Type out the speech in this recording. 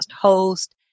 host